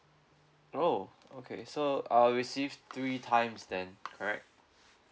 oh okay so I'll receive three times then correct